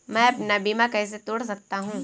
मैं अपना बीमा कैसे तोड़ सकता हूँ?